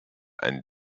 and